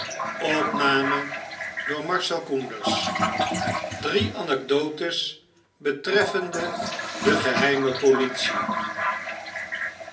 mmmmm drie anekdotes betreffende de geheime politie